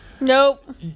Nope